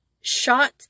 shot